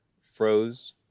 froze